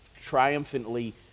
triumphantly